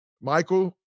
Michael